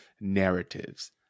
narratives